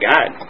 God